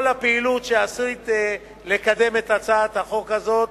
כל הפעילות שעשית לקדם את הצעת החוק הזאת,